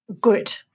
Good